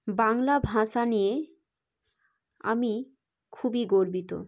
বাংলা ভাষা নিয়ে আমি খুবই গর্বিত